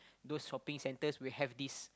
those shopping centres will have this